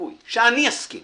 הסיכוי שאני אסכים